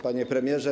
Panie Premierze!